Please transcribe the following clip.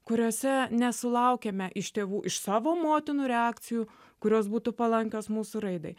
kuriuose nesulaukiame iš tėvų iš savo motinų reakcijų kurios būtų palankios mūsų raidai